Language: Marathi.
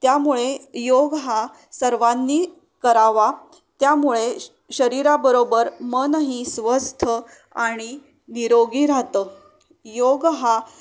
त्यामुळे योग हा सर्वांनी करावा त्यामुळे श शरीराबरोबर मनही स्वस्थ आणि निरोगी राहतं योग हा